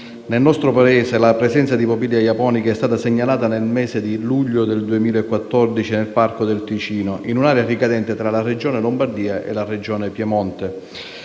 Nel nostro Paese la presenza di *popillia japonica* è stata segnalata nel mese di luglio 2014 nel Parco del Ticino, in un'area ricadente tra le Regioni Lombardia e Piemonte.